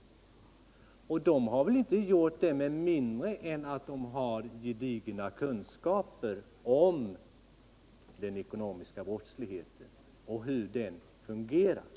I rikspolisstyrelsen har man väl inte gjort detta med mindre än att man har gedigna kunskaper om den ekonomiska brottsligheten och om hur den fungerar.